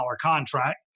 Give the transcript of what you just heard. contract